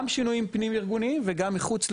גם שינויים פנים ארגוניים וגם מחוץ לארגון.